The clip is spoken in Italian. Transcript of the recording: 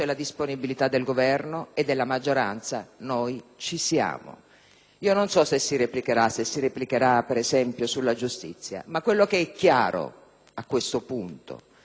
Io non so se si replicherà, per esempio sulla giustizia. Ma quello che è chiaro, a questo punto, è che la faccenda